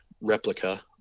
replica